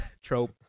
trope